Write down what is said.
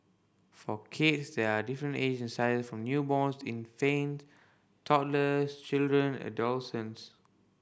for kids there are different age and size from newborns infant toddlers children